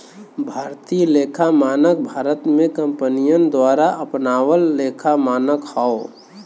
भारतीय लेखा मानक भारत में कंपनियन द्वारा अपनावल लेखा मानक हौ